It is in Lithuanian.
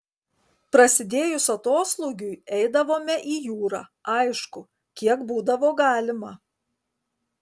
prasidėjus atoslūgiui eidavome į jūrą aišku kiek būdavo galima